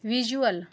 visual